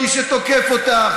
בשל כך,